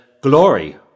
glory